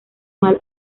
mal